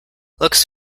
looks